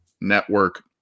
Network